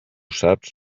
saps